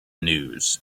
news